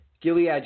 Gilead